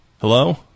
Hello